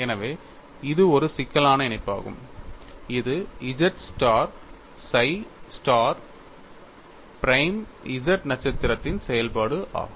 எனவே இது ஒரு சிக்கலான இணைப்பாகும் இது z star chi star prime z நட்சத்திரத்தின் செயல்பாடு ஆகும்